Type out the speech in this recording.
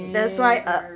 that's why uh